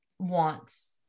wants